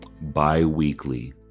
bi-weekly